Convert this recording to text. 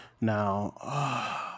now